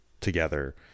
together